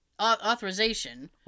authorization